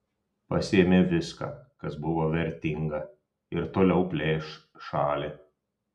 pasiėmė viską kas buvo vertinga ir toliau plėš šalį